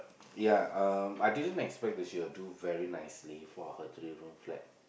ya um I didn't expect that she would do very nicely for her three room flat